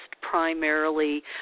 primarily